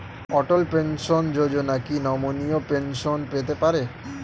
অটল pension Yojana কি নমনীয় pension পেতে পারে?